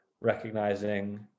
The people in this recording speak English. recognizing